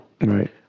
Right